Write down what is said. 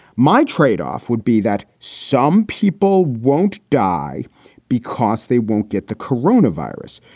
my tradeoff would be that some people won't die because they won't get the corona virus.